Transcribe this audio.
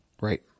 Right